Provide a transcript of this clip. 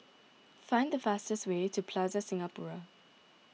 find the fastest way to Plaza Singapura